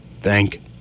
Thank